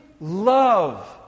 love